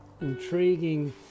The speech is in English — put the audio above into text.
intriguing